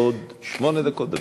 אני יודע שזה עשר דקות.